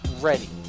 ready